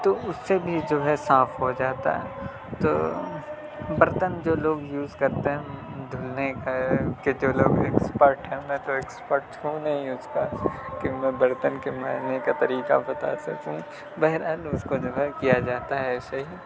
تو اس سے بھی جو ہے صاف ہو جاتا ہے تو برتن جو لوگ یوز کرتے ہیں دھلنے کا کے جو لوگ ایکسپرٹ ہیں میں تو ایکسپرٹ ہوں نہیں اس کا کہ میں برتن کے مانجھنے کا طریقہ بتا سکوں بہر حال اس کو جو ہے کیا جاتا ہے ایسے ہی